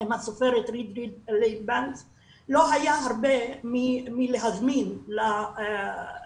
עם הסופרת --- לא היה הרבה מי להזמין לסדנה